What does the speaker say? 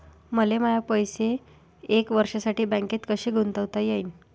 मले माये पैसे एक वर्षासाठी बँकेत कसे गुंतवता येईन?